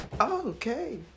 Okay